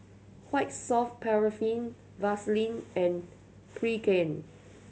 White Soft Paraffin Vaselin and Pregain